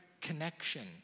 connection